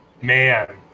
Man